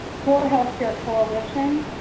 four healthcare coalitions,